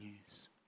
news